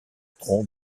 tronc